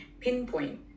pinpoint